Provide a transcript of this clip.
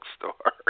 Bookstore